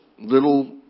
little